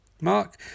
mark